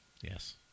Yes